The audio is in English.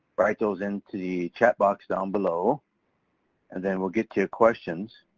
write those in to the chat box down below and then we'll get to your questions.